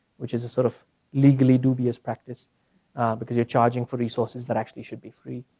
which is a sort of legally dubious practice because you're charging for resources that actually should be free.